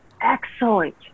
excellent